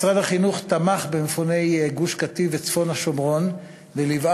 משרד החינוך תמך במפוני גוש-קטיף וצפון השומרון וליווה